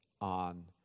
on